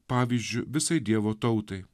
pavyzdžiu visai dievo tautai